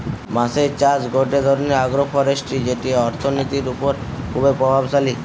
বাঁশের চাষ গটে ধরণের আগ্রোফরেষ্ট্রী যেটি অর্থনীতির ওপর খুবই প্রভাবশালী